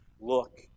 look